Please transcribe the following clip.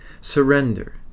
surrender